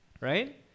Right